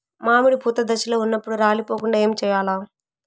మామిడి పూత దశలో ఉన్నప్పుడు రాలిపోకుండ ఏమిచేయాల్ల?